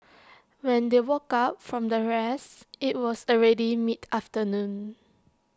when they woke up from their rest IT was already mid afternoon